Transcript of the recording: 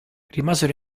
rimasero